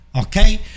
okay